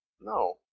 No